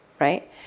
right